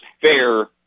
fair